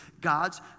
God's